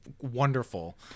wonderful